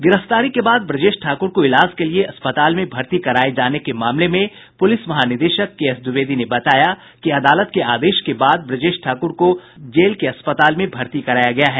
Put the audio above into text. गिरफ्तारी के बाद ब्रजेश ठाकुर को इलाज के लिये अस्पताल में भर्ती कराये जाने के मामले में पुलिस महानिदेशक केएस द्विवेदी ने बताया कि अदालत के आदेश के बाद ब्रजेश ठाकुर को जेल के अस्पताल में भर्ती कराया गया है